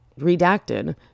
redacted